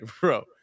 bro